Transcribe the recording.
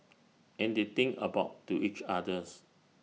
and they think about to each others